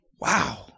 Wow